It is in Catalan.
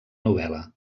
novel·la